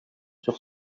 sur